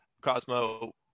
Cosmo